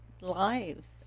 lives